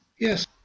Yes